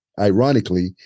Ironically